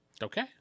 Okay